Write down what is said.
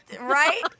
Right